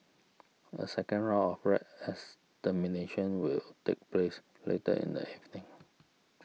a second round of rat extermination will take place later in the evening